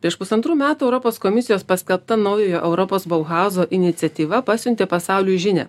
prieš pusantrų metų europos komisijos paskelbta naujojo europos bauhauzo iniciatyva pasiuntė pasauliui žinią